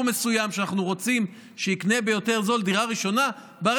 מסוים שאנחנו רוצים שיקנה דירה ראשונה במחיר נמוך יותר.